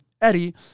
Eddie